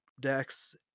decks